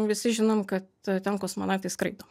visi žinom kad ten kosmonautai skraido